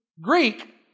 Greek